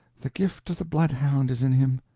the gift of the bloodhound is in him.